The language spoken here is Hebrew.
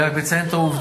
אני רק מציין את העובדות.